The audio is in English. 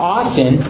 often